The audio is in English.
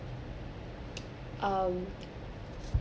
um